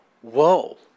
whoa